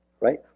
right